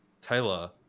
taylor